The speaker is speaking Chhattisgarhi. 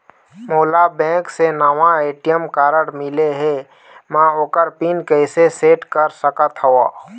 मोला बैंक से नावा ए.टी.एम कारड मिले हे, म ओकर पिन कैसे सेट कर सकत हव?